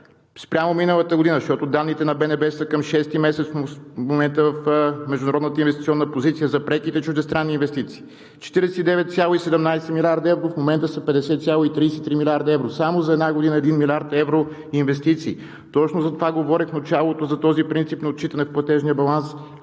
Спрямо миналата година, защото данните на БНБ са към шести месец, международната позиция за преките чуждестранни инвестиции е 49,17 млрд. евро, а в момента са 50,33 млрд. евро – само за една година има 1 млрд. евро инвестиции. Точно затова говорих в началото за този принцип на отчитане в платежния баланс